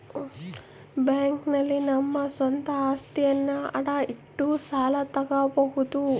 bank ನಲ್ಲಿ ನಮ್ಮ ಸ್ವಂತ ಅಸ್ತಿಯನ್ನ ಅಡ ಇಟ್ಟು ಸಾಲ ತಗೋಬೋದು